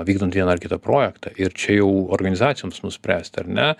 vykdant vieną ar kitą projektą ir čia jau organizacijoms nuspręsti ar ne